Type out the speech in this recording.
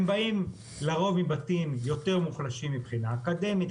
הם באים לרוב מבתים יותר מוחלשים מבחינה אקדמית,